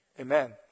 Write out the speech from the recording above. amen